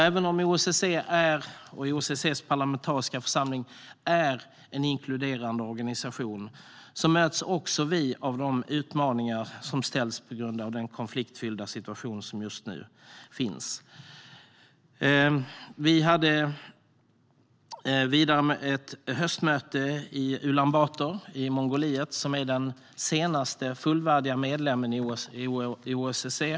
Även om OSSE och OSSE:s parlamentariska församling är en inkluderande organisation möts alltså även vi av de utmaningar som uppstår på grund av den konfliktfyllda situation som just nu råder. Vidare hade vi ett höstmöte i Ulan Bator i Mongoliet, som är den senaste fullvärdiga medlemmen i OSSE.